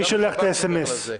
מי שולח את המסרון?